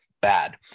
bad